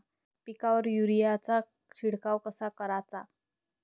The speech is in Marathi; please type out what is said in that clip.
पिकावर युरीया चा शिडकाव कसा कराचा?